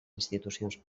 institucions